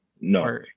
no